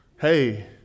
Hey